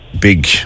big